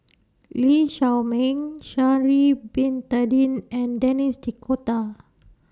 Lee Shao Meng Sha'Ari Bin Tadin and Denis D'Cotta